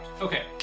Okay